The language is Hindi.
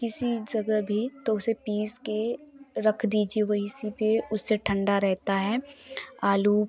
किसी जगह भी तो उसे पीस के रख दीजिए वही सी पे उससे ठंडा रहता है आलू